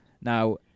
Now